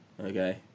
Okay